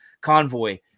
Convoy